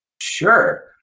Sure